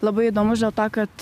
labai įdomus dėl to kad